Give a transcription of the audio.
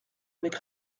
avec